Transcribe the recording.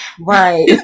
Right